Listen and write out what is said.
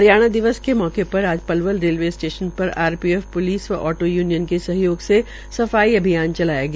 हरियाणा दिवास के अवसर पर आज पलवल रेलवे स्टेशन पर आरपीएफ प्लिस व आटो यूनियन के सहयोग से सफाई चलाया गया